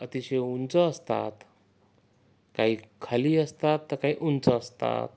अतिशय उंच असतात काही खाली असतात तर काही उंच असतात